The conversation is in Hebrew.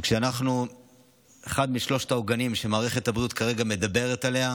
כשאנחנו אחד משלושת העוגנים שמערכת הבריאות מדברת עליה,